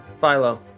Philo